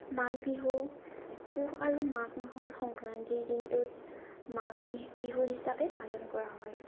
মাঘ বিহু পুহ আৰু মাঘ মাহৰ সংক্ৰান্তিৰ দিনটোত মাঘ বি বিহু হিচাপে পালন কৰা হয়